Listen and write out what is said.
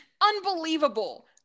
Unbelievable